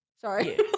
Sorry